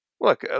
look